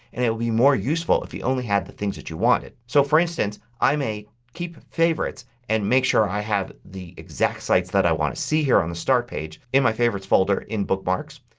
and it would be more useful if you only had the things that you wanted. so, for instance, i may keep favorites and make sure i have the exact sites that i want to see on the start page in my favorites folder in bookmarks.